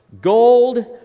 Gold